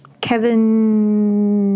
Kevin